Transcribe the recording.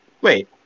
wait